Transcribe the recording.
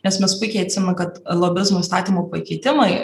nes mes puikiai atsimenam kad lobizmo įstatymo pakeitimai